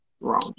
wrong